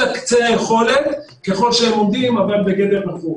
קצה היכולת ככל שהם עומדים אבל בגדר החוק.